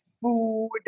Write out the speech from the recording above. food